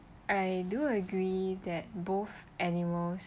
I do agree that both animals